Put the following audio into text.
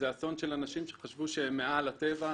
אסון של אנשים שחשבו שהם מעל הטבע,